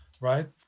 right